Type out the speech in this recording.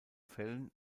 fällen